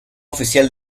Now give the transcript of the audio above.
oficial